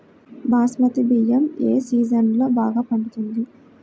బాస్మతి బియ్యం ఏ సీజన్లో బాగా పండుతుంది?